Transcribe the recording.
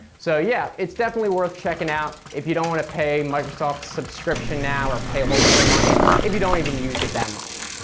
so yeah yea, definitely worth checking out if you don't want to pay microsoft's subscription now, or pay a whole bunch of money, if you don't even use it that much.